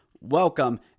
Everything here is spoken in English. welcome